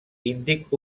índic